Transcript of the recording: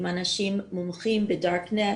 עם אנשים מומחים ב-דארקנס,